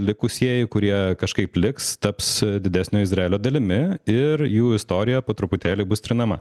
likusieji kurie kažkaip liks taps didesnio izraelio dalimi ir jų istorija po truputėlį bus trinama